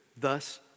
thus